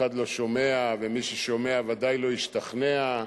ומי ששומע בוודאי לא השתכנע.